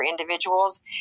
individuals